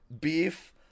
beef